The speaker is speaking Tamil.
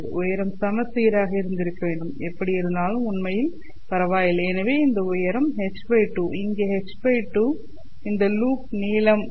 உயரம் சமச்சீராக இருந்திருக்க வேண்டும் எப்படியிருந்தாலும் உண்மையில் பரவாயில்லை எனவே இந்த உயரம் h2 இங்கே h2 h2 இந்த லூப் நீளம் l